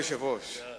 לפי היושב-ראש.